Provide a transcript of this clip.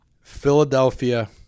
philadelphia